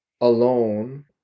alone